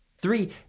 Three